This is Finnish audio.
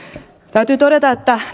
täytyy todeta että